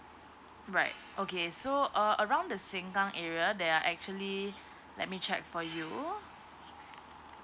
right okay so uh around the sengkang area there are actually let me check for you